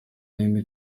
n’indi